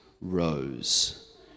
rose